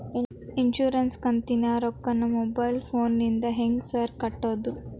Insurance ಕಂತಿನ ರೊಕ್ಕನಾ mobile ಫೋನಿಂದ ಹೆಂಗ್ ಸಾರ್ ಕಟ್ಟದು?